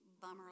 bummer